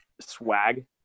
swag